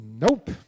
nope